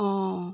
অঁ